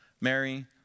Mary